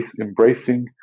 embracing